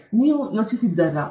ಆದ್ದರಿಂದ ನೀವು ಯೋಚಿಸಿದ್ದೀರಾ